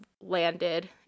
landed